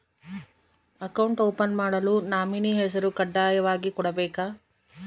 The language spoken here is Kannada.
ಅಕೌಂಟ್ ಓಪನ್ ಮಾಡಲು ನಾಮಿನಿ ಹೆಸರು ಕಡ್ಡಾಯವಾಗಿ ಕೊಡಬೇಕಾ?